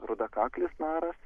rudakaklis naras